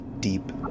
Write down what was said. deep